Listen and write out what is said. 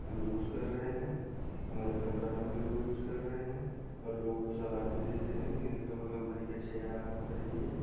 हम यूज कर रहे हैं हमारे परिवार में भी लोग यूज कर रहे हैं और लोगो को सलाह भी देते हैं कि नीलकमल कम्पनी का चेयर आप लोग खरीदिए